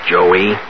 Joey